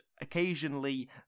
occasionally